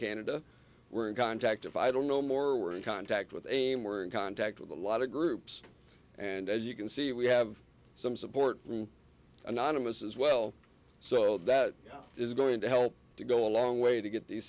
canada we're in contact if i don't know more we're in contact with aim were in contact with a lot of groups and as you can see we have some support from anonymous as well so that is going to help to go a long way to get the